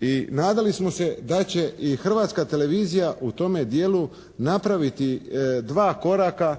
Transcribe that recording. I nadali smo se da će i Hrvatska televizija u tome dijelu napraviti dva koraka